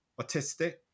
autistic